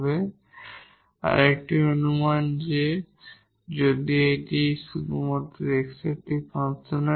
সুতরাং আরেকটি অনুমান যে যদি এটি শুধুমাত্র x এর একটি ফাংশন হয়